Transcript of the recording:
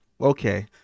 Okay